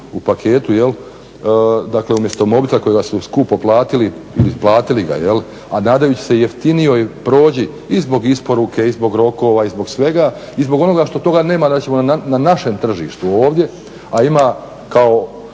u paketu jel, dakle umjesto mobitela kojega ste skupo platili ga a nadajući se jeftinijoj prođi i zbog isporuke i zbog rokova i zbog svega i zbog onoga što toga nema, da ćemo na našem tržištu ovdje a ima kao